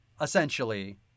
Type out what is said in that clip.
essentially